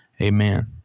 Amen